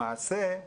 למעשה,